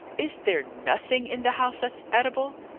is there nothing in the house that's eatable?